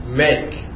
make